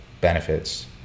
benefits